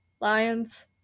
lions